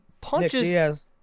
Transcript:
punches